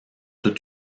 toute